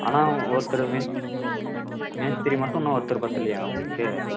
ஆனால் ஒருத்தரு மேஸ்திரி மேஸ்திரி மட்டும் இன்னும் ஒருத்தரு பத்தவில்லையா உங்களுக்கு